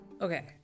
Okay